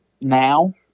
now